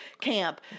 camp